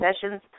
sessions